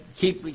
keep